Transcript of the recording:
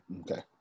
Okay